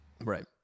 Right